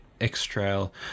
X-Trail